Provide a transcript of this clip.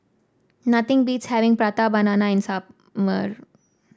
nothing beats having Prata Banana in